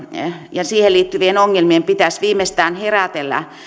ja siihen liittyvien ongelmien pitäisi viimeistään herätellä